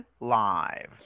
live